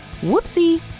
Whoopsie